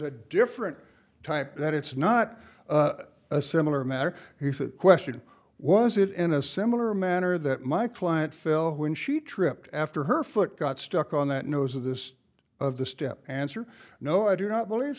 a different type that it's not a similar matter he said question was it in a similar manner that my client fell when she tripped after her foot got stuck on that nose of this of the step answer no i do not believe